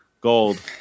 gold